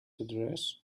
address